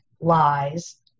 lies